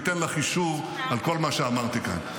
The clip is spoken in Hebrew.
הוא ייתן לך אישור על כל מה שאמרתי כאן.